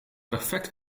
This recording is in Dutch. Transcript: perfect